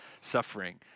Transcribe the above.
suffering